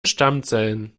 stammzellen